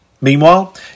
Meanwhile